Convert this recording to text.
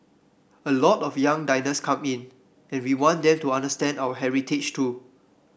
a lot of young diners come in and we want them to understand our heritage too